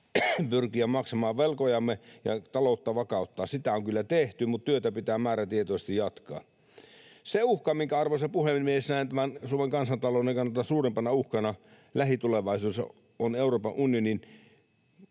pyrkiä maksamaan velkojamme ja taloutta vakauttaa. Sitä on kyllä tehty, mutta työtä pitää määrätietoisesti jatkaa. Se uhka, minkä, arvoisa puhemies, näen Suomen kansantalouden kannalta suurimpana uhkana lähitulevaisuudessa, on Euroopan unionin